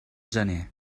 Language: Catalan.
gener